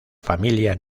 familia